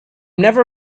never